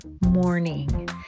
morning